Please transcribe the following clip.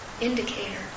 indicator